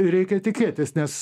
reikia tikėtis nes